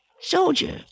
Soldier